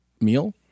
meal